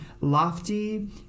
lofty